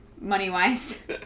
money-wise